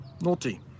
Naughty